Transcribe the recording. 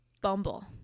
bumble